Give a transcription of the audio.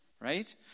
right